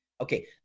okay